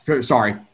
Sorry